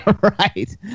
right